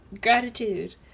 Gratitude